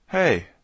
Hey